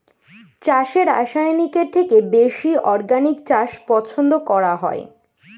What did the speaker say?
চাষে রাসায়নিকের থেকে বেশি অর্গানিক চাষ পছন্দ করা হয়